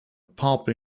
pub